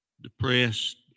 depressed